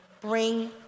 bring